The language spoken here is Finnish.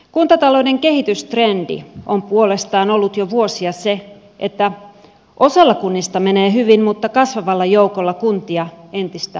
kuntatalouden kehitystrendi on puolestaan ollut jo vuosia se että osalla kunnista menee hyvin mutta kasvavalla joukolla kuntia entistä huonommin